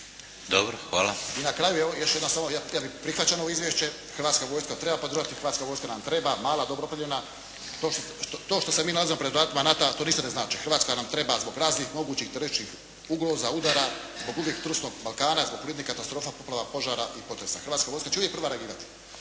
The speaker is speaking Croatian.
Ante (SDP)** I na kraju evo još jedno. Ja ne prihvaćam ovo izvješće. Hrvatska vojska treba podržati i hrvatska vojska nam treba mala, dobro …/Govornik se ne razumije./… To što se mi nalazimo pred vratima NATO-a to ništa ne znači. Hrvatska nam treba zbog raznih mogućih, …/Govornik e ne razumije./… ugroza, udara, zbog uvijek trusnog Balkana, zbog prirodnih katastrofa, poplava, požara i potreba. Hrvatska vojska će uvijek prva reagirati.